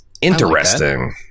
Interesting